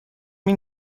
این